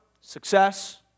success